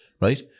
right